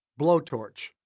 Blowtorch